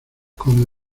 como